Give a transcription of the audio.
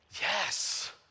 Yes